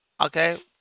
okay